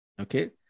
okay